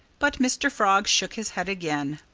but mr. frog shook his head again.